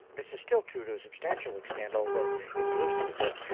this is still true to a substantial extent, although it's loosened a bit.